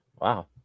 Wow